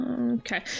Okay